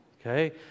okay